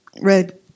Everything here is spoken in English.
red